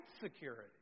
security